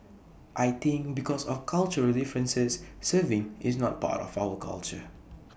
I think because of cultural differences serving is not part of our culture